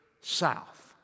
South